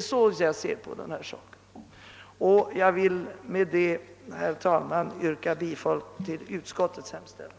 så jag ser på den här saken och vill härmed yrka bifall till utskottets hemställan.